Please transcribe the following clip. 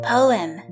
Poem